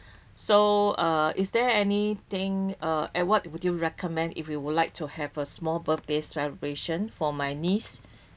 so uh is there anything uh and what would you recommend if we would like to have a small birthday celebration for my niece